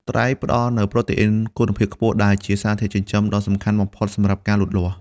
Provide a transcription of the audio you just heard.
ត្រីផ្តល់នូវ ប្រូតេអ៊ីន គុណភាពខ្ពស់ ដែលជាសារធាតុចិញ្ចឹមដ៏សំខាន់បំផុតសម្រាប់ការលូតលាស់។